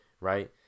right